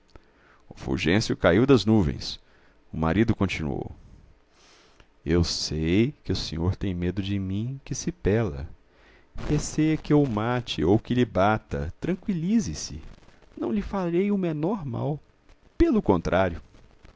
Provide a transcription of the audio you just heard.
o fulgêncio caiu das nuvens o marido continuou eu sei que o sr tem medo de mim que se péla receia que eu o mate ou que lhe bata tranqüilize-se não lhe farei o menor mal pelo contrário